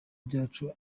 byacu